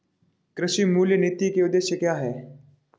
कृषि मूल्य नीति के उद्देश्य क्या है?